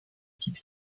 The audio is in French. type